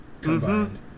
combined